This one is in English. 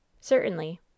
Certainly